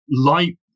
light